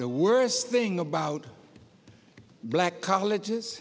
the worst thing about black colleges